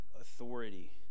authority